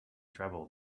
travel